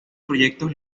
proyectos